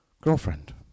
girlfriend